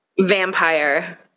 Vampire